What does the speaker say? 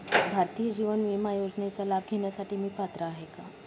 भारतीय जीवन विमा योजनेचा लाभ घेण्यासाठी मी पात्र आहे का?